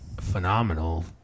phenomenal